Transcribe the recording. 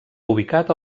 ubicat